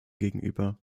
gegenüber